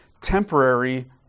temporary